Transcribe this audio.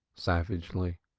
savagely.